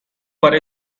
what